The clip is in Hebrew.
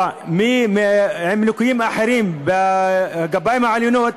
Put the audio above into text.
באשר לליקויים אחרים בגפיים העליונות,